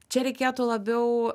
čia reikėtų labiau